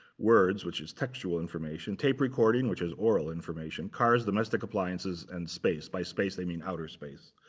words, which is textual information, tape recording, which is oral information, cars, domestic appliances, and space. by space, they mean outer space.